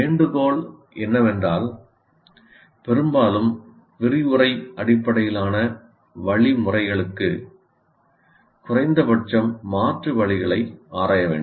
வேண்டுகோள் என்னவென்றால் பெரும்பாலும் விரிவுரை அடிப்படையிலான வழிமுறைகளுக்கு குறைந்தபட்சம் மாற்று வழிகளை ஆராய வேண்டும்